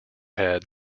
had